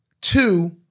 two